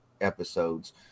episodes